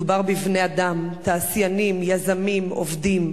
מדובר בבני-אדם, תעשיינים, יזמים, עובדים.